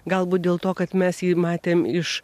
galbūt dėl to kad mes jį matėm iš